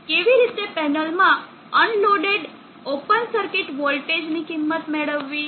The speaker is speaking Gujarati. કેવી રીતે પેનલમાં અનલોડેડ ઓપન સર્કિટ વોલ્ટેજ ની કિંમત મેળવવી